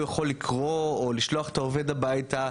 יכול לקרוא או לשלוח את העובד הביתה,